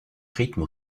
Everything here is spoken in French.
rythme